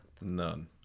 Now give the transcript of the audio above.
None